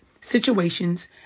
situations